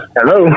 Hello